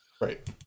right